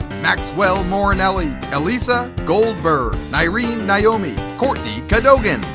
maxwell morinelli. elysa goldberg. nyrin naomi. courtney cadogan.